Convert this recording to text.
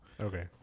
Okay